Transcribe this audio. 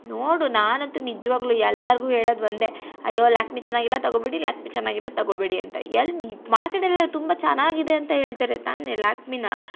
ನೋಡು ನಾನಂತು ನಿಜವಾಗ್ಲು ಎಲ್ಲರಿಗು ಹೇಳೋದು ಒಂದೇ ಅಯ್ಯೋ ಲ್ಯಾಕ್ಮಿ ಚೆನ್ನಾಗಿಲ್ಲ ತಗೋಬೇಡಿ ಲ್ಯಾಕ್ಮಿ ಚೆನ್ನಾಗಿಲ್ಲ ತಗೋಬೇಡಿ ಅಂತ ಎಲ್ಲ ನಿ ಮಾರ್ಕೆಟಲ್ಲೆಲ್ಲ ತುಂಬ ಚೆನ್ನಾಗಿದೆ ಅಂತ ಹೇಳ್ತಾರೆ ತಾನೇ ಲ್ಯಾಕ್ಮಿನಾ